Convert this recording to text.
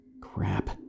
Crap